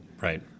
Right